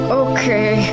okay